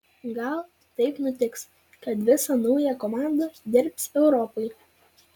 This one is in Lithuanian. gal taip nutiks kad visa nauja komanda dirbs europai